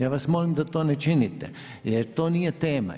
Ja vas molim da to ne činite, jer to nije tema.